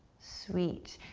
sweet.